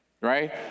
right